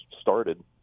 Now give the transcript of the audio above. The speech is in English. started